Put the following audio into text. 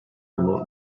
remote